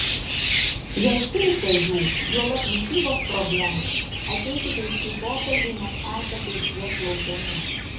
jei turite jų juolab mitybos problemų ateikite į šį pokalbį nes esate išties laukiami